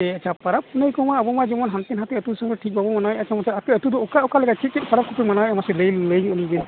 ᱟᱪᱪᱷᱟ ᱯᱟᱨᱟᱵᱽ ᱯᱩᱱᱟᱹᱭ ᱠᱚᱢᱟ ᱟᱵᱚᱢᱟ ᱡᱮᱢᱚᱱ ᱦᱟᱱᱛᱮ ᱱᱟᱛᱮ ᱟᱛᱳ ᱥᱚᱸᱜᱮ ᱴᱷᱤᱠ ᱵᱟᱵᱚᱱ ᱢᱟᱱᱟᱣᱮᱜᱼᱟ ᱛᱮᱢᱚᱱ ᱟᱯᱮ ᱟᱛᱳ ᱫᱚ ᱚᱠᱟ ᱚᱠᱟᱞᱮᱠᱟ ᱪᱮᱫ ᱪᱮᱫ ᱯᱟᱨᱟᱵᱽ ᱠᱚᱯᱮ ᱢᱟᱱᱟᱣᱮᱜᱼᱟ ᱢᱟᱥᱮ ᱞᱟᱹᱭ ᱞᱟᱹᱭ ᱧᱚᱜ ᱟᱹᱞᱤᱝᱵᱮᱱ